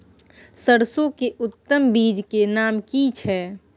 सरसो के उत्तम बीज के नाम की छै?